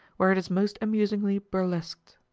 where it is most amusingly burlesqued.